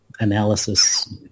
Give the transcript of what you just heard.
analysis